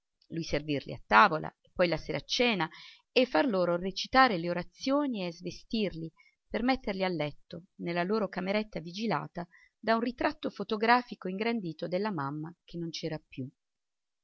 lui servirli a tavola e poi la sera a cena e far loro recitare le orazioni e svestirli per metterli a letto nella loro cameretta vigilata da un ritratto fotografico ingrandito della mamma che non c'era più